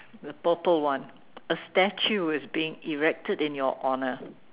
the purple one a statue is being erected in your honour